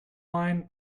line